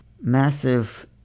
massive